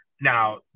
Now